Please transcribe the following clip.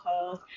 calls